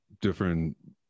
different